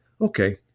okay